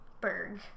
Berg